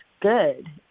good